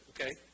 okay